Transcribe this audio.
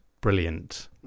brilliant